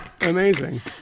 Amazing